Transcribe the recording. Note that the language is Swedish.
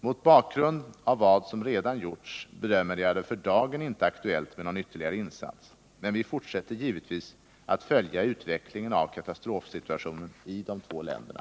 Mot bakgrund av vad som redan gjorts bedömer jag det för dagen inte aktuellt med någon ytterligare insats, men vi fortsätter givetvis att följa utvecklingen av katastrofsituationen i de två länderna.